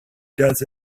does